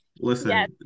Listen